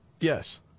Yes